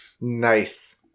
Nice